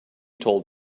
told